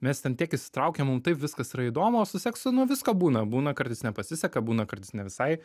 mes ten tiek įsitraukę mum taip viskas yra įdomu o su seksu nuo visko būna būna kartais nepasiseka būna kartais ne visai